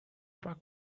bug